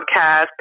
podcast